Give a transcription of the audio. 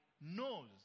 knows